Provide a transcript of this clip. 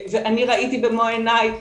אני ראיתי במו עיניי מורים.